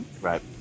Right